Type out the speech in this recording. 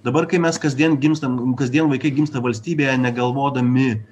dabar kai mes kasdien gimstam kasdien vaikai gimsta valstybėje negalvodami